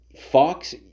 Fox